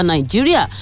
Nigeria